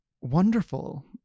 Wonderful